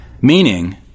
Meaning